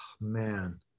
man